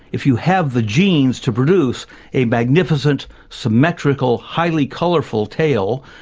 if you have the genes to produce a magnificent symmetrical, highly colourful tail,